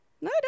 No